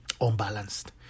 unbalanced